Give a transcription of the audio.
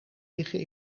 liggen